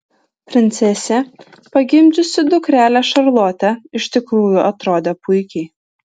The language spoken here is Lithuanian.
princesė pagimdžiusi dukrelę šarlotę iš tikrųjų atrodė puikiai